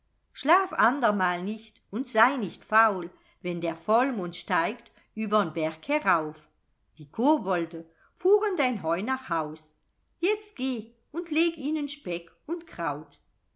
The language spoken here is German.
schlaf andermal nicht und sei nicht faul wenn der vollmond steigt übern berg herauf die kobolde fuhren dein heu nach haus jetzt geh und leg ihnen speck und kraut